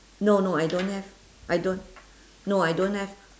no no I don't have I don't no I don't have